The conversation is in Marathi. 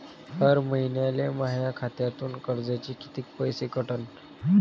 हर महिन्याले माह्या खात्यातून कर्जाचे कितीक पैसे कटन?